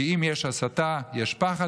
כי אם יש הסתה, יש פחד.